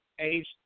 age